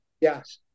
Yes